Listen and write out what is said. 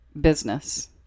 business